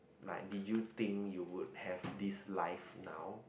like did you think you would have this life now